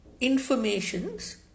informations